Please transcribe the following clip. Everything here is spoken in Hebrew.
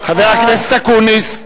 חבר הכנסת אקוניס.